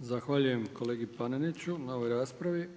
Zahvaljujem kolegi Paneniću na ovoj raspravi.